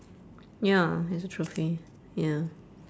ya it's a trophy ya